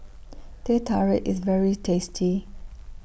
Teh Tarik IS very tasty